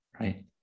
right